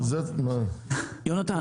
יונתן,